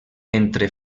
entre